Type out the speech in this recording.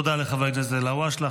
תודה לחבר הכנסת אלהואשלה.